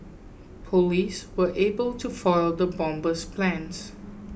police were able to foil the bomber's plans